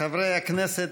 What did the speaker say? חברי הכנסת,